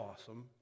awesome